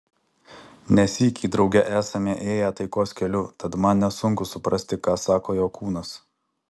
ne sykį drauge esame ėję taikos keliu tad man nesunku suprasti ką sako jo kūnas